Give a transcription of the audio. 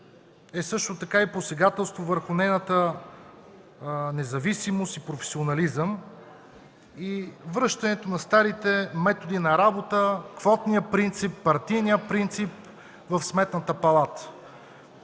е също така и посегателство върху нейната независимост и професионализъм и връщането на старите методи на работа – квотния принцип, партийния принцип, в Сметната палата.